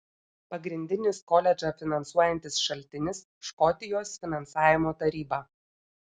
pagrindinis koledžą finansuojantis šaltinis škotijos finansavimo taryba